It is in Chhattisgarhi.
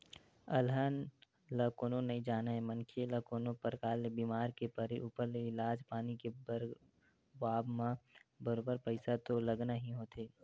अलहन ल कोनो नइ जानय मनखे ल कोनो परकार ले बीमार के परे ऊपर ले इलाज पानी के करवाब म बरोबर पइसा तो लगना ही होथे